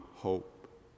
hope